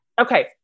Okay